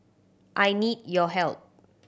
I need your help